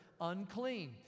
unclean